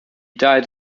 died